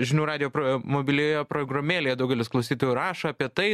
žinių radijo mobilioje programėlėje daugelis klausytojų rašo apie tai